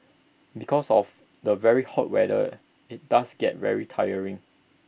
because of the very hot weather IT does get very tiring